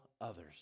others